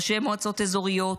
ראשי מועצות אזוריות,